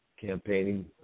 campaigning